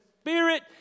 spirit